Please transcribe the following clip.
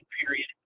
period